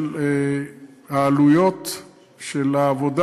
גם הנושא של עלויות העבודה,